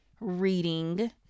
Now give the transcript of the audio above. reading